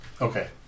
Okay